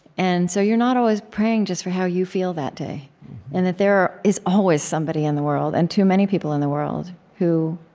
and so you're not always praying just for how you feel that day and that there is always somebody in the world, and too many people in the world, who